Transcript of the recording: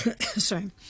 Sorry